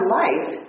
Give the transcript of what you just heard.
life